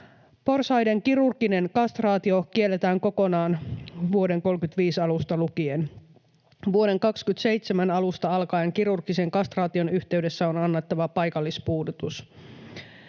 Porsaiden kirurginen kastraatio kielletään kokonaan vuoden 35 alusta lukien. Vuoden 27 alusta alkaen kirurgisen kastraation yhteydessä on annettava paikallispuudutus